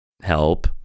help